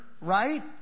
right